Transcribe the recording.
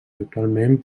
actualment